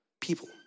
people